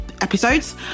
episodes